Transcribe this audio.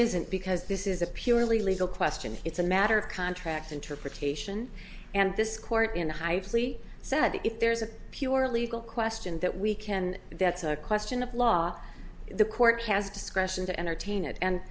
isn't because this is a purely legal question it's a matter of contract interpretation and this court in a high plea said if there's a purely question that we can that's a question of law the court has discretion to entertain it and